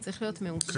זה צריך להיות מאושר.